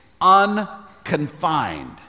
unconfined